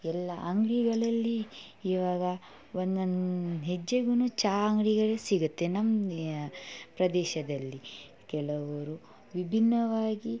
ಎಲ್ಲ ಅಂಗಡಿಗಳಲ್ಲಿ ಇವಾಗ ಒಂದೊಂದು ಹೆಜ್ಜೆಗೂ ಚಹ ಅಂಗಡಿಗಳೇ ಸಿಗುತ್ತೆ ನಮ್ದು ಪ್ರದೇಶದಲ್ಲಿ ಕೆಲವರು ವಿಭಿನ್ನವಾಗಿ